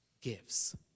gives